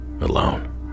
alone